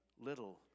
little